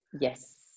Yes